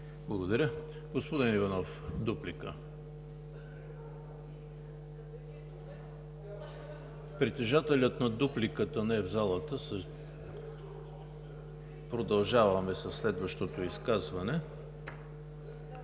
ХРИСТОВ: Господин Иванов, дуплика. Притежателят на дупликата не е в залата. Продължаваме със следващото изказване.